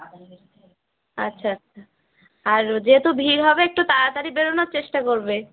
আচ্ছা আচ্ছা আর যেহেতু ভিড় হবে একটু তাড়াতাড়ি বেরোনোর চেষ্টা করবে